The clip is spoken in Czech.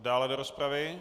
Dále do rozpravy?